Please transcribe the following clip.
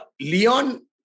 Leon